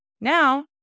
now